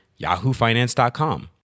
yahoofinance.com